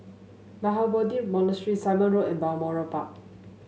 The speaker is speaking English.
Mahabodhi Monastery Simon Road and Balmoral Park